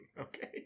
Okay